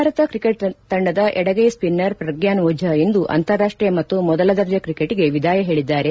Bharat cricket ತಂಡದ ಎಡಗೈ spinner Pragyan Ojha ಇಂದು ಅಂತಾರಾಷ್ಟೀಯ ಮತ್ತು ಮೊದಲ ದರ್ಜೆ ಕ್ರಿಕೆಟ್ಗೆ ವಿದಾಯ ಹೇಳಿದ್ದಾರೆ